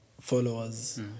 followers